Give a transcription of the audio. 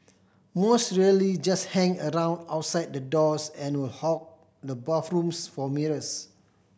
most really just hang around outside the doors and will hog the bathrooms for mirrors